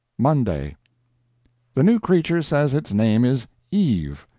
monday the new creature says its name is eve.